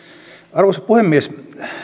arvoisa puhemies